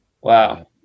Wow